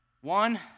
One